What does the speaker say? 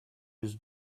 his